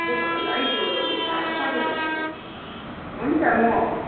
त्यस्तै भयो होला है जरोले साह्रो पाऱ्यो होला त्यसलाई हुन्छ म